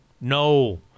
No